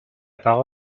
parole